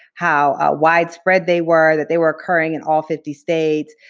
how widespread they were, that they were occurring in all fifty states,